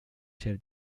chef